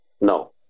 No